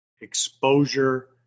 exposure